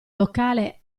locale